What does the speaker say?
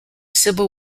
civil